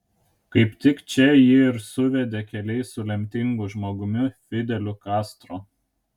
kaip tik čia jį ir suvedė keliai su lemtingu žmogumi fideliu kastro